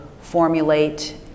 formulate